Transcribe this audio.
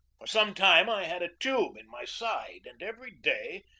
for some time i had a tube in my side, and every day,